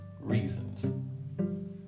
reasons